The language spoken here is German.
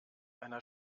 einer